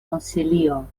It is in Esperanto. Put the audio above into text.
konsilio